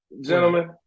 gentlemen